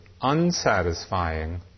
unsatisfying